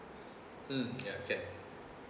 mm ya can